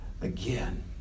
Again